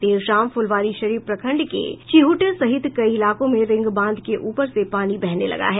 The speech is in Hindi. देर शाम फुलवारीशरीफ प्रखंड के चिहुट सहित कई इलाकों में रिंग बांध के ऊपर से पानी बहने लगा है